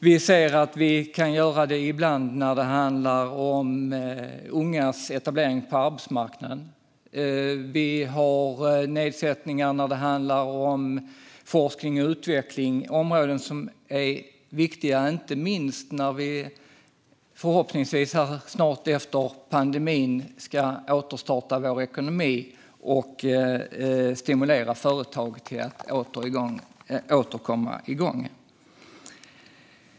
Vi ser att vi ibland kan göra det när det handlar om ungas etablering på arbetsmarknaden. Vi har nedsättningar när det handlar om forskning och utveckling, områden som är viktiga inte minst när vi förhoppningsvis snart efter pandemin ska återstarta vår ekonomi och stimulera företag till att åter komma igång.